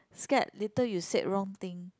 scared later you said wrong thing